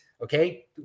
Okay